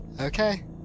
Okay